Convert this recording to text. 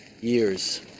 years